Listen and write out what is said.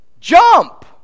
Jump